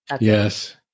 Yes